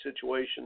situation